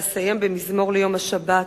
ואסיים במזמור ליום השבת: